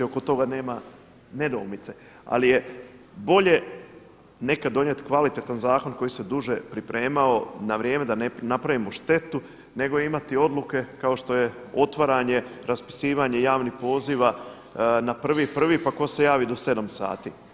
Oko toga nema nedoumice, ali je bolje nekad donijeti kvalitetan zakon koji se duže pripremao na vrijeme da ne napravimo štetu, nego imati odluke kao što je otvaranje, raspisivanje javnih poziva na 1.1. pa ko se javi do 7 sati.